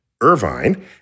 Irvine